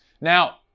Now